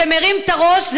שמרים את הראש,